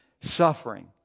suffering